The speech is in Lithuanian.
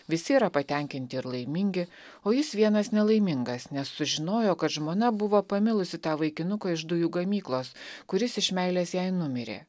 visi yra patenkinti ir laimingi o jis vienas nelaimingas nes sužinojo kad žmona buvo pamilusi tą vaikinuką iš dujų gamyklos kuris iš meilės jai numirė